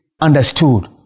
understood